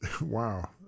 Wow